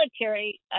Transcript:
military